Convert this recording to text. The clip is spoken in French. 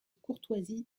courtoisie